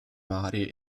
varie